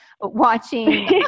watching